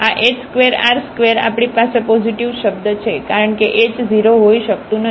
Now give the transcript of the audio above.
તેથી ફરીથી આ h2 r2 આપણી પાસે પોઝિટિવ શબ્દ છે કારણ કે એચ 0 હોઈ શકતું નથી